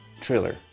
trailer